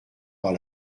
par